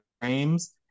frames